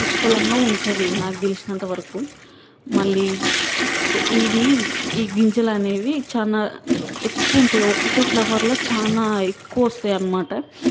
పుష్కలంగా ఉంటుందినాకు తెలిసినంతవరకు మళ్ళీ స ఇవీ ఈ గింజలనేవి చాలా ఎక్కువుంటాయి ఒకటే ఫ్లవర్లో చాల ఎక్కువ వస్తాయి అన్నమాట